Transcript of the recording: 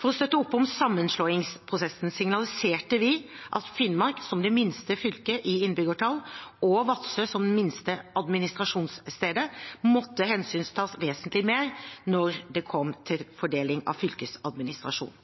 For å støtte opp om sammenslåingsprosessen signaliserte vi at Finnmark, som det minste fylket i innbyggertall, og Vadsø, som det minste administrasjonsstedet, måtte hensyntas vesentlig mer når det kom til fordeling av fylkesadministrasjonen.